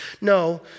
No